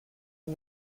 for